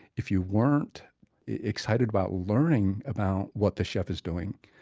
if you weren't excited about learning about what the chef is doing,